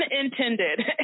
intended